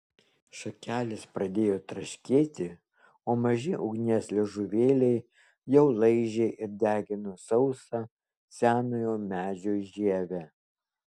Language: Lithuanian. šakelės pradėjo traškėti o maži ugnies liežuvėliai jau laižė ir degino sausą senojo medžio žievę